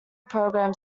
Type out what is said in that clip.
program